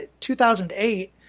2008